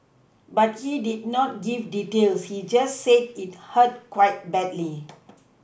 but he did not give details he just said it hurt quite badly